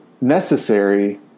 necessary